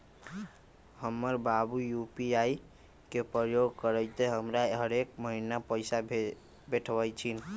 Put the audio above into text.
हमर बाबू यू.पी.आई के प्रयोग करइते हमरा हरेक महिन्ना पैइसा पेठबइ छिन्ह